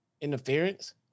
interference